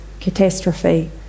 catastrophe